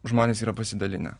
žmonės yra pasidalinę